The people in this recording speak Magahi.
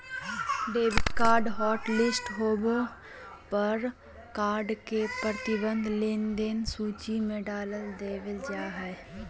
डेबिट कार्ड हॉटलिस्ट होबे पर कार्ड के प्रतिबंधित लेनदेन के सूची में डाल देबल जा हय